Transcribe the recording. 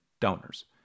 donors